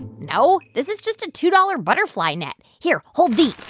no, this is just a two dollars butterfly net. here. hold these